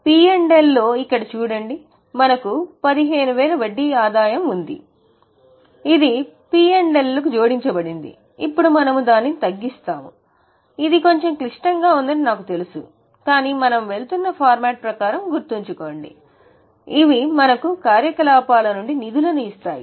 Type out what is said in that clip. P మరియు L లో ఇక్కడ చూడండి మనకు 15000 వడ్డీ ఆదాయం ఉంది ఇది P మరియు L లకు జోడించబడింది ఇప్పుడు మనము దానిని తగ్గిస్తాము ఇది కొంచెం క్లిష్టంగా ఉందని నాకు తెలుసు కాని మనం వెళ్తున్న ఫార్మాట్ ప్రకారం గుర్తుంచుకోండి ఇవి మనకు కార్యకలాపాల నుండి నిధులను ఇస్తాయి